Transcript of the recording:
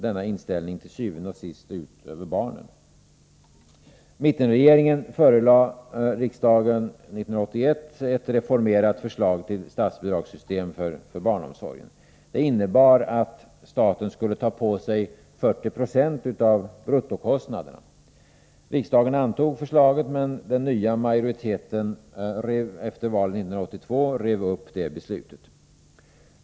Denna inställning går til syvende og sidst ut över barnen. Mittenregeringen förelade riksdagen 1981 ett reformerat förslag till statsbidragssystem för barnomsorgen. Det innebar att staten skulle ta på sig 40 20 av bruttokostnaderna. Riksdagen antog förslaget, men den nya majoriteten efter valet 1982 rev upp beslutet.